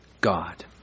God